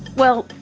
well,